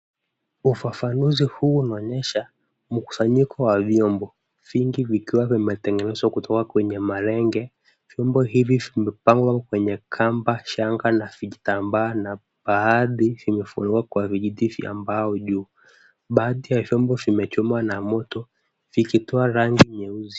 Ufafanuzi huu unaonyesha mkusanyiko wa vyombo vingi vikiwa vimetengenezwa kutoka kwenye malenge. Vyombo hivi vimepangwa kwenye kamba, shanga na vitambaa, na baadhi vimefungwa kwa vijiti vya mbao juu. Baadhi ya vyombo vimechomwa na moto vikitoa rangi nyeusi.